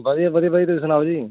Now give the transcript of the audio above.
ਵਧੀਆ ਵਧੀਆ ਵਧੀਆ ਤੁਸੀਂ ਸੁਣਾਓ ਜੀ